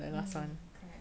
mm hmm correct